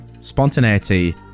spontaneity